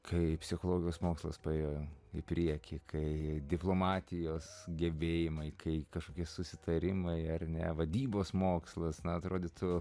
kai psichologijos mokslas paėjo į priekį kai diplomatijos gebėjimai kai kažkokie susitarimai ar ne vadybos mokslas na atrodytų